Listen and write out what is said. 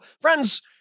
friends